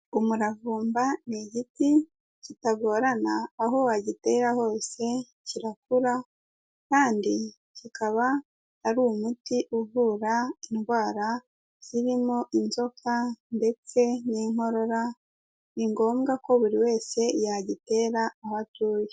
Umuravumba ni igiti kitagorana, aho wagitera hose kirakura kandi kikaba ari umuti uvura indwara, zirimo inzoka ndetse n'inkorora, ni ngombwa ko buri wese yagitera aho atuye.